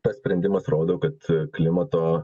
tas sprendimas rodo kad klimato